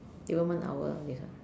even one hour all this ah